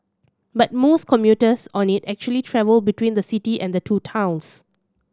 but most commuters on it actually travel between the city and the two towns